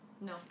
No